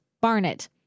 Barnett